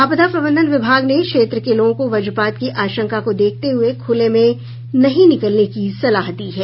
आपदा प्रबंधन विभाग ने क्षेत्र के लोगों को वज्रपात की आशंका को देखते हुए खुले में नहीं निकलने की सलाह दी है